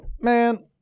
Man